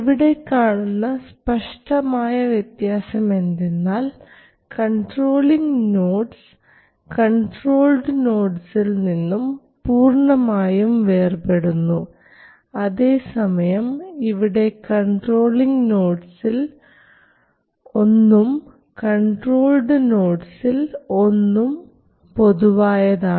ഇവിടെ കാണുന്ന സ്പഷ്ടമായ വ്യത്യാസം എന്തെന്നാൽ കൺട്രോളിങ് നോഡ്സ് കൺട്രോൾഡ് നോഡ്സിൽ നിന്നും പൂർണ്ണമായും വേർപെടുന്നു അതേസമയം ഇവിടെ കൺട്രോളിങ് നോഡ്സിൽ ഒന്നും കൺട്രോൾഡ് നോഡ്സിൽ ഒന്നും പൊതുവായതാണ്